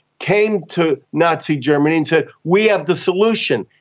came to nazi germany and said we have the solution.